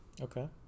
okay